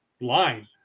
line